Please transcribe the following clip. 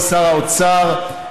שר האוצר,